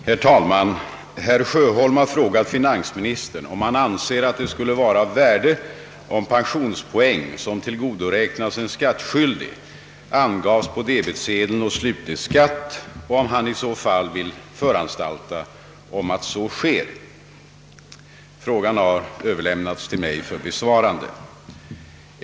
Herr talman! Herr Sjöholm har frågat finansministern, om han anser att det skulle vara av värde om pensionspoäng, som tillgodoräknats en skattskyldig, angavs på debetsedeln å slutlig skatt och om han i så fall vill föranstalta om att så sker. Frågan har överlämnats till mig för besvarande.